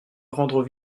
rendre